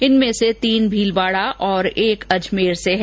इनमें से तीन भीलवाडा और एक अजमेर से है